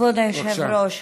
כבוד היושב-ראש,